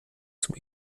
zum